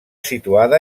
situada